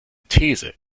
these